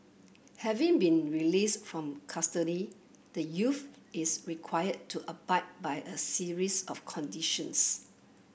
having been released from custody the youth is required to abide by a series of conditions